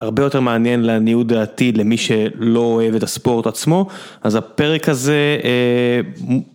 הרבה יותר מעניין לעניות דעתי, למי שלא אוהב את הספורט עצמו, אז הפרק הזה...